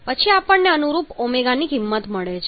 પછી આપણને અનુરૂપ ω ની કિંમત મળે છે